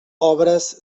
obres